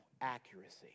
accuracy